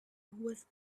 with